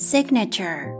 Signature